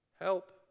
Help